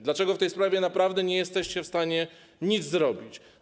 Dlaczego w tej sprawie naprawdę nie jesteście w stanie nic zrobić?